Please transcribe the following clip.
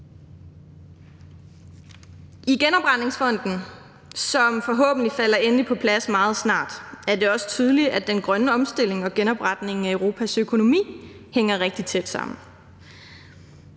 I genopretningsfonden, som forhåbentlig falder endeligt på plads meget snart, er det også tydeligt, at den grønne omstilling og genopretningen af Europas økonomi hænger rigtig tæt sammen.